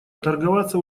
торговаться